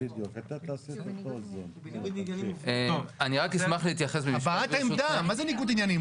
בניגוד עניינים --- מה זה ניגוד עניינים?